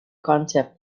concept